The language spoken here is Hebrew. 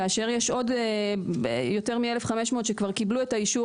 כאשר יש עוד יותר מ-1,500 שכבר קיבלו את האישור